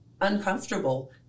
uncomfortable